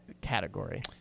Category